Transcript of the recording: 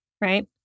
right